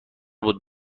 بود